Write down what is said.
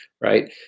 Right